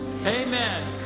Amen